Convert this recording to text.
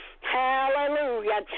Hallelujah